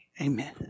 Amen